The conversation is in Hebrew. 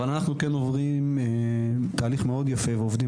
אבל אנחנו כן עוברים תהליך מאוד יפה ועובדים